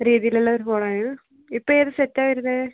രീതിയിലുള്ള ഒരു ഫോൺ ആണ് ഇത് ഇപ്പോൾ ഏത് സെറ്റ് ആണ് വരുന്നത്